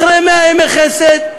אחרי 100 ימי חסד,